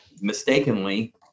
mistakenly